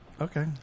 Okay